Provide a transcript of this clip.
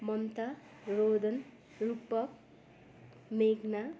ममता रोदन रूपक मेघना